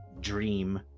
dream